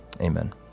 amen